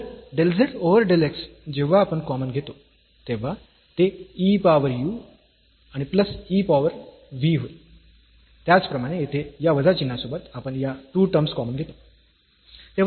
तर del z over del x जेव्हा आपण कॉमन घेतो तेव्हा ते e पॉवर u आणि प्लस e पॉवर वजा v होईल त्याचप्रमाणे येथे या वजा चिन्हासोबत आपण या 2 टर्म्स कॉमन घेतो